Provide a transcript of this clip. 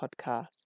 Podcast